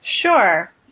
Sure